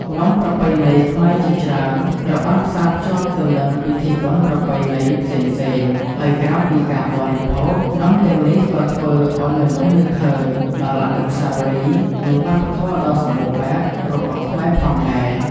នំប្រពៃណីខ្មែរជាច្រើនត្រូវបានផ្សារភ្ជាប់ទៅនឹងពិធីបុណ្យប្រពៃណីផ្សេងៗ ហើយក្រៅពីការបរិភោគ នំទាំងនេះក៏ធ្វើឲ្យមនុស្សនឹកឃើញដល់អនុស្សាវរីយ៍ និងវប្បធម៌ដ៏សម្បូរបែបរបស់ខ្មែរផងដែរ។